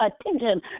attention